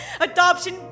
adoption